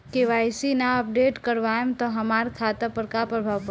KYC ना update करवाएम त हमार खाता पर का प्रभाव पड़ी?